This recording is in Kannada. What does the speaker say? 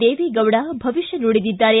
ದೇವೇಗೌಡ ಭವಿಷ್ಠ ನುಡಿದಿದ್ದಾರೆ